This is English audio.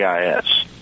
GIS